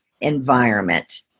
environment